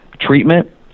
treatment